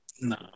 No